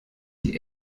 die